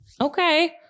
Okay